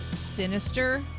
sinister